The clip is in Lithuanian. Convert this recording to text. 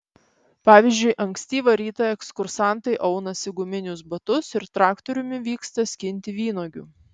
pavyzdžiui ankstyvą rytą ekskursantai aunasi guminius batus ir traktoriumi vyksta skinti vynuogių